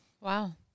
Wow